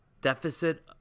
deficit